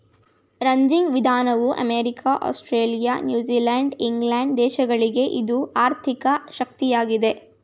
ranching ವಿಧಾನವು America, Australia, New Zealand England ದೇಶಗಳಲ್ಲಿ ಇದು ಆರ್ಥಿಕ ಶಕ್ತಿಯಾಗಿದೆ